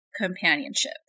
companionship